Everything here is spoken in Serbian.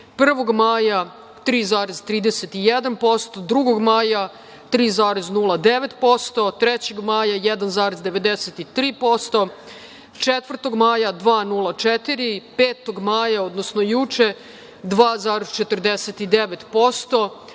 1. maja 3,31%, 2. maja 3,09%, 3. maja 1,93%, 4. maja 2,04% i 5. maja, odnosno juče 2,49%